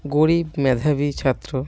গরিব মেধাবী ছাত্র